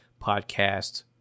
podcast